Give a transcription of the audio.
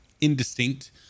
indistinct